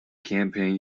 campaign